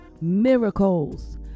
miracles